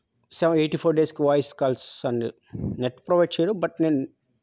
సెవ్ eighty four డేస్కు voice calls and net provide చేయరు but నేను